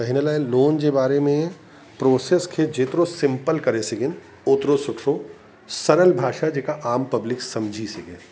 त हिन लाए लोन जे बारे में प्रोसेस खे जेतिरो सिंपल करे सघनि ओतिरो सुठो सरल भाषा जेका आम पब्लिक सम्झी सघे